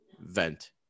vent